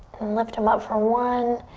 and lift them up for one.